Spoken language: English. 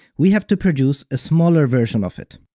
we have to produce a smaller version of it.